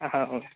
అవు